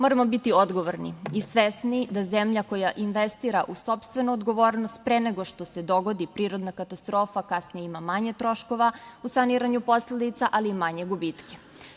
Moramo biti odgovorni i svesni da zemlja koja investira u sopstvenu odgovornost pre nego što se dogodi prirodna katastrofa kasnije ima manje troškova u saniranju posledica, ali i manje gubitke.